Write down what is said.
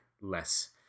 less